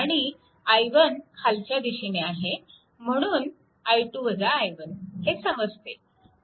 आणि i1 खालच्या दिशेने आहे म्हणून i2 i1 हे समजते